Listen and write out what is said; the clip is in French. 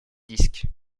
disc